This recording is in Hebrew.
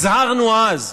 הזהרנו אז,